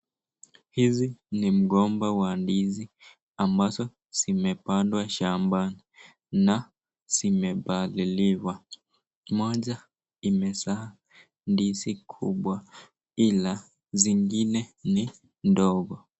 Hizi ni migomba ya ndizi ambazo zimepandwa shambani , na zimepaliliwa moja imezaa ndizi kubwa hila zingine ni ndogo.